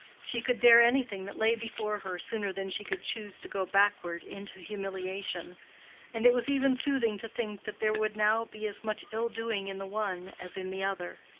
she could dare anything that lay before her sooner than she could choose to go backward, into humiliation and it was even soothing to think that there would now be as much ill-doing in the one as in the other.